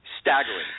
staggering